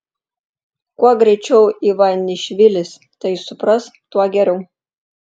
kuo greičiau ivanišvilis tai supras tuo geriau